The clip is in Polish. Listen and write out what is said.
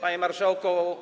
Panie Marszałku!